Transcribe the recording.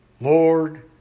Lord